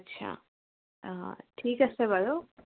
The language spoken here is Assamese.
আচ্ছা অঁ ঠিক আছে বাৰু